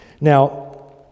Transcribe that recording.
Now